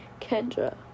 Kendra